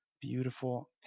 beautiful